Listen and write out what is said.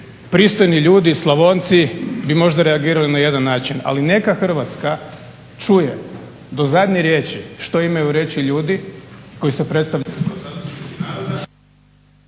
pristojni ljudi, Slavonci bi možda reagirali na jedan način. Ali neka Hrvatska čuje do zadnje riječi što imaju reći ljudi koji se predstavljaju